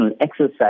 exercise